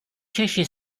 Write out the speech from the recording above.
češi